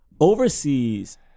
overseas